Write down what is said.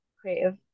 creative